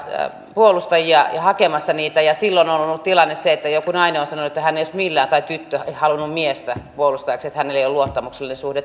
puolustajia ja hakemassa niitä ja silloin on ollut tilanne se että joku nainen tai tyttö on sanonut että hän ei olisi millään halunnut miestä puolustajakseen että hänellä ei ole luottamuksellinen suhde